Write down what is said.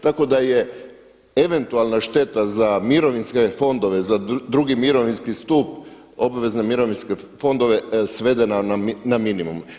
Tako da je eventualna šteta za mirovinske fondove, za drugi mirovinski stup, obvezne mirovinske fondove svedena na minimum.